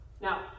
Now